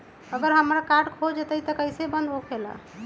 अगर हमर कार्ड खो जाई त इ कईसे बंद होकेला?